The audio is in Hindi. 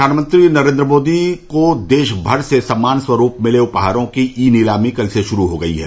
प्रधानमंत्री नरेंद्र मोदी को देशभर से सम्मान स्वरूप मिले उपहारों की ई नीलामी कल से शुरू हो गयी है